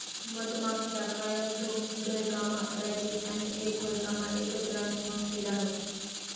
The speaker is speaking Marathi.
मधमाख्या कायम घोयकामा रातीस आणि एक घोयकामा एकच राणीमाखी रहास